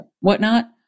whatnot